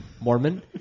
Mormon